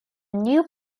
new